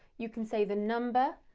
you can say the number,